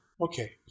Okay